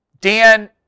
Dan